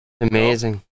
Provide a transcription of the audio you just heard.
Amazing